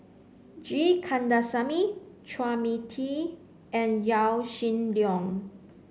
G Kandasamy Chua Mia Tee and Yaw Shin Leong